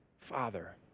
father